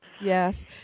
yes